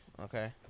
Okay